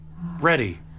ready